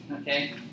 okay